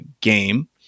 game